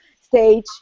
stage